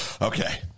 okay